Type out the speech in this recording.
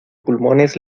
pulmones